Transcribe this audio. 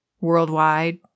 worldwide